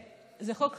זה חוק חשוב.